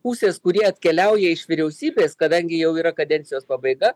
pusės kurie atkeliauja iš vyriausybės kadangi jau yra kadencijos pabaiga